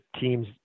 team's